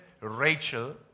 Rachel